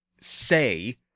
say